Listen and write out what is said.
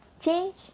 change